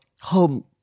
home